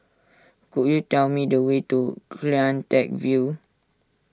could you tell me the way to CleanTech View